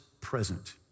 present